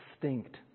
distinct